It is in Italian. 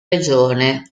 regione